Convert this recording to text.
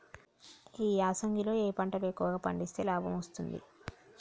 ఈ యాసంగి లో ఏ పంటలు ఎక్కువగా పండిస్తే లాభం వస్తుంది?